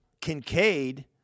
Kincaid